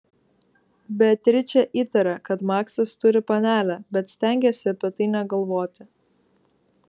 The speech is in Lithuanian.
beatričė įtarė kad maksas turi panelę bet stengėsi apie tai negalvoti